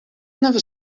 never